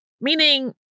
meaning